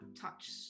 touch